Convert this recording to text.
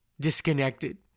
disconnected